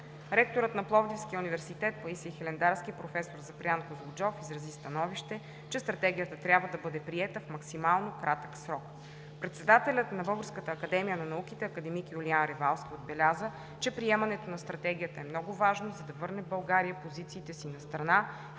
Ректорът на Пловдивския университет „Паисий Хилендарски“ професор Запрян Козлуджов изрази становище, че Стратегията трябва да бъде приета в максимално кратък срок. Председателят на БАН академик Юлиан Ревалски отбеляза, че приемането на Стратегията е много важно, за да върне България позициите си на страна,